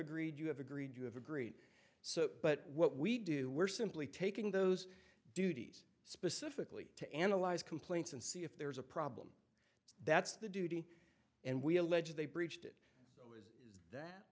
agreed you have agreed you have agreed so but what we do we're simply taking those duties specifically to analyze complaints and see if there's a problem that's the duty and we allege they breached it that